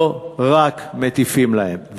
לא רק מטיפים להם.